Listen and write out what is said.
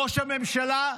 ראש הממשלה,